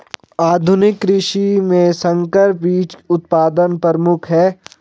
आधुनिक कृषि में संकर बीज उत्पादन प्रमुख है